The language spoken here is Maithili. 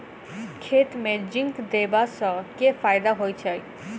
खेत मे जिंक देबा सँ केँ फायदा होइ छैय?